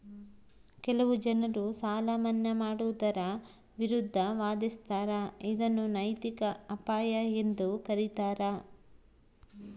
ಕೆಲವು ಜನರು ಸಾಲ ಮನ್ನಾ ಮಾಡುವುದರ ವಿರುದ್ಧ ವಾದಿಸ್ತರ ಇದನ್ನು ನೈತಿಕ ಅಪಾಯ ಎಂದು ಕರೀತಾರ